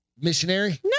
missionary